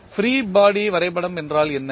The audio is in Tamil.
ஃப்ரீ பாடி வரைபடம் என்றால் என்ன